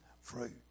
fruit